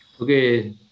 Okay